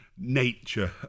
nature